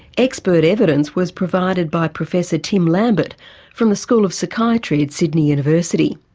expert evidence was provided by professor tim lambert from the school of psychiatry at sydney university.